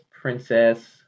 Princess